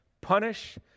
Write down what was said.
punish